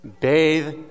bathe